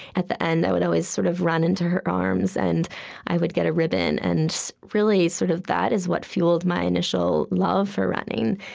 at the end, i would always sort of run into her arms, and i would get a ribbon, and really, sort of that is what fueled my initial love for running.